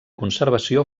conservació